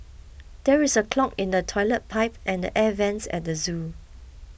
there is a clog in the Toilet Pipe and the Air Vents at the zoo